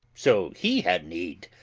so he had need,